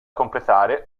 completare